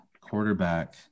quarterback